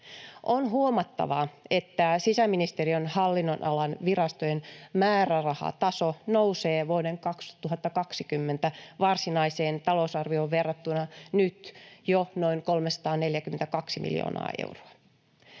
On huomattavaa, että sisäministeriön hallinnonalan virastojen määrärahataso nousee vuoden 2020 varsinaiseen talousarvioon verrattuna nyt jo noin 342 miljoonaa euroa.